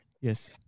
yes